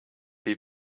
die